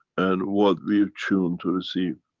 and what we're tuned to receive.